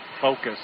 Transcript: focus